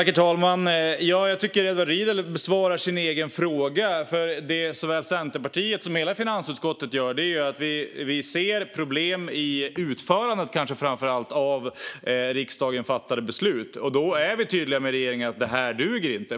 Herr talman! Jag tycker att Edward Riedl besvarar sin egen fråga. Såväl Centerpartiet som hela finansutskottet ser problem i utförandet, kanske framför allt av beslut som riksdagen fattat. Då är vi tydliga gentemot regeringen om att det här inte duger.